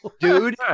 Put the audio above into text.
Dude